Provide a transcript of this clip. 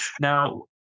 now